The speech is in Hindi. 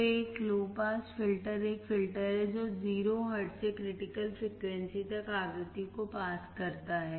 तो एक लो पास फिल्टर एक फिल्टर है जो 0 हर्ट्ज से क्रिटिकल फ्रिकवेंसी तक आवृत्ति को पास करता है